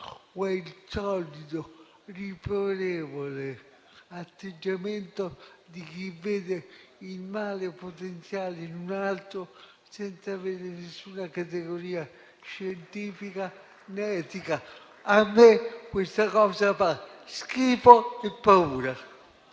O è il solito, riprovevole atteggiamento di chi vede il male potenziale in un altro, senza avere alcuna categoria scientifica né etica? A me questa cosa fa schifo e paura.